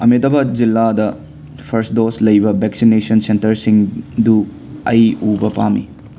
ꯑꯍꯥꯃꯦꯗꯕꯥꯠ ꯖꯤꯂꯥꯗ first dose ꯂꯩꯕ vaccination ꯁꯦꯟꯇꯔꯁꯤꯡꯗꯨ ꯑꯩ ꯎꯕ ꯄꯥꯝꯃꯤ